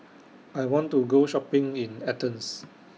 I want to Go Shopping in Athens